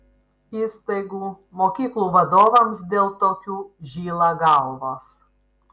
įstaigų mokyklų vadovams dėl tokių žyla galvos